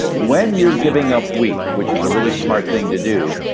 when you're giving up wheat, which is a really smart thing to do,